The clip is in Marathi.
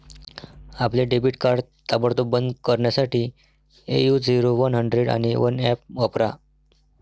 आपले डेबिट कार्ड ताबडतोब बंद करण्यासाठी ए.यू झिरो वन हंड्रेड आणि वन ऍप वापरा